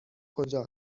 کجا